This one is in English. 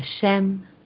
Hashem